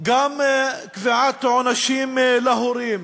גם קביעת עונשים להורים,